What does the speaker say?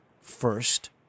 first